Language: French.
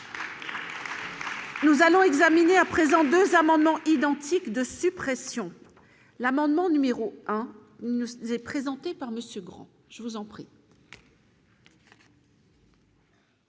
Nous allons examiner à présent 2 amendements identiques de suppression l'amendement numéro 1 il nous est présenté par Monsieur Grand je vous en prie.